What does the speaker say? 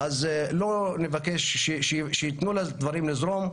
אז נבקש שייתנו לדברים לזרום.